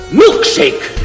milkshake